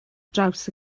draws